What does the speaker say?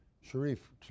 Sharif